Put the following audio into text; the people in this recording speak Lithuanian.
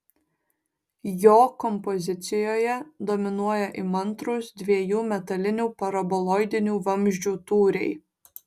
jo kompozicijoje dominuoja įmantrūs dviejų metalinių paraboloidinių vamzdžių tūriai